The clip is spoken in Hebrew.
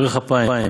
בארך אפיים,